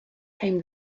came